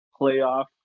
playoff